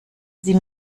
sie